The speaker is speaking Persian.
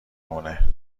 مونه